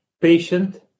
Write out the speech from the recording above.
patient